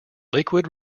lakewood